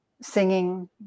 singing